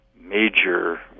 major